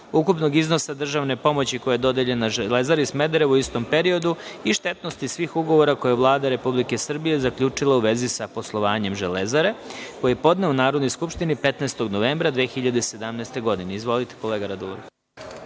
ukupnog iznosa državne pomoći koja je dodeljena „Železari Smederevo“ u istom periodu i štetnosti svih ugovora koje je Vlada Republike Srbije zaključila u vezi sa poslovanjem „Železare“, koji podneo Narodnoj skupštini 15. novembra 2017. godine. Izvolite, kolega Raduloviću.